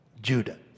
Judah